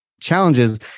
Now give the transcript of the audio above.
challenges